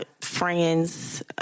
friends